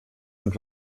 und